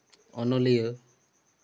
ᱚᱱᱚᱞᱤᱭᱟᱹ